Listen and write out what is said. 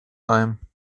heim